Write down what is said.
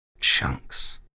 Chunks